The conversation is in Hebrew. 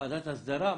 ועדת הסדרה?